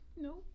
No